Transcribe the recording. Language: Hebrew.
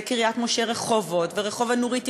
קריית-משה ברחובות ורחוב הנורית בירושלים,